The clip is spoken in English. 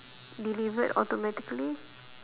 delivered automatically